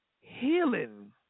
healing